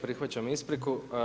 Prihvaćam ispriku.